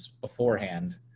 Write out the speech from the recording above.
beforehand